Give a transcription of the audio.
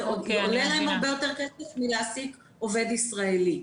זה עולה להם הרבה יותר כסף מלהעסיק עובד ישראלי.